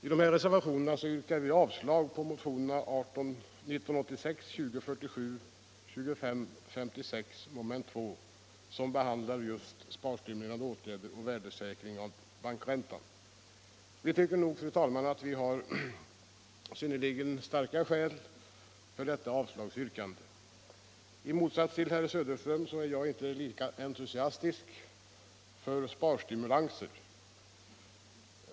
I dessa reservationer yrkar vi avslag på motionerna nr 1986, 2047 och desäkring av bankräntan. Vi tycker, fru talman, att vi har synnerligen starka skäl för detta avslagsyrkande. I motsats till herr Söderström är jag inte entusiastisk för sparstimulanser.